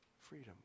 freedom